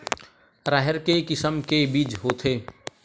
राहेर के किसम के बीज होथे?